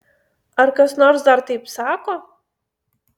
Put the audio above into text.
ar kas nors dar taip sako